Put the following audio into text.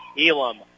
Elam